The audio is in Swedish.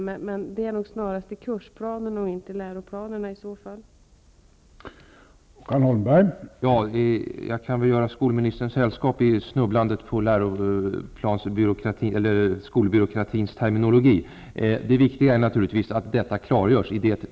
Men det är snarast i kurs planerna, inte i läroplanen, detta skall skrivas in.